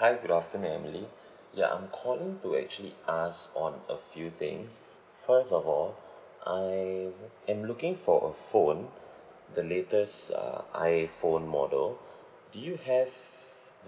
hi good afternoon emily ya I'm calling to actually ask on a few things first of all I am looking for a phone the latest uh iphone model do you have